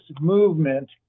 movement